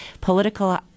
political